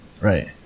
Right